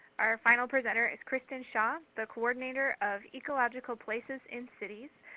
our final presenter is kristin shaw, the coordinator of ecological places in cities,